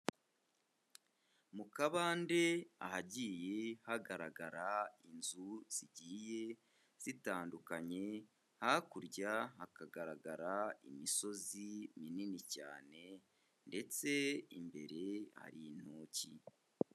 Mu kabande ahagiye hagaragara inzu zigiye zitandukanye; hakurya hakagaragara imisozi minini cyane, ndetse imbere hari intoki.